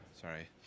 sorry